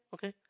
Okay